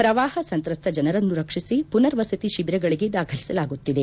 ಪ್ರವಾಹ ಸಂತ್ರಸ್ತ ಜನರನ್ನು ರಕ್ಷಿಸಿ ಪುನರ್ವಸತಿ ಶಿಬಿರಗಳಿಗೆ ದಾಖಲಿಸಲಾಗುತ್ತಿದೆ